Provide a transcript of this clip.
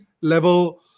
level